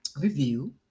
review